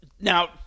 Now